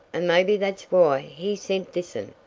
and mebby thet's why he sent this un.